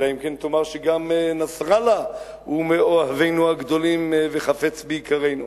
אלא אם כן תאמר שגם נסראללה הוא מאוהבינו הגדולים וחפץ ביקרנו.